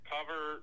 Cover